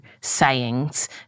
sayings